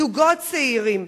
זוגות צעירים,